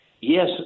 yes